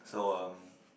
so um